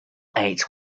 eight